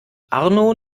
arno